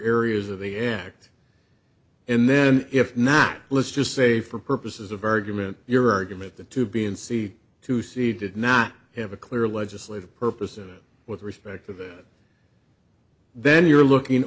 areas of am act and then if not let's just say for purposes of argument your argument the two b and c to see did not have a clear legislative purpose or with respect to the then you're looking